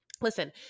Listen